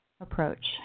approach